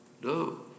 No